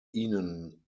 ihnen